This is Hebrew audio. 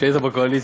כשהיית בקואליציה,